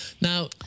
Now